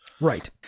Right